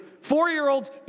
Four-year-olds